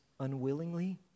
unwillingly